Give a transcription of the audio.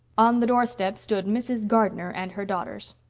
on the doorstep stood mrs. gardner and her daughters.